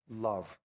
love